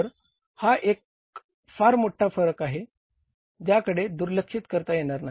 तर हा एक फार मोठा फरक आहे ज्याकडे दुर्लक्ष करता येणार नाही